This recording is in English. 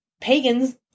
pagans